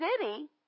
city